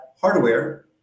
hardware